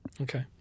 Okay